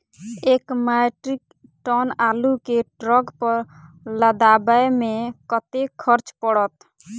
एक metric ton आलु केँ ट्रक पर लदाबै मे कतेक खर्च पड़त?